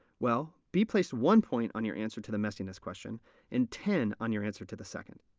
well, b placed one point on your answer to the messiness question and ten on your answer to the second.